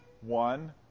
one